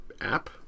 app